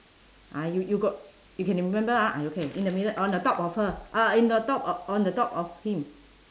ah you you got you can remember ah I okay in the middle on the top of her uh in the top o~ on the top of him